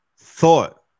thought